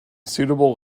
suitable